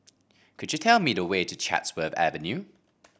could you tell me the way to Chatsworth Avenue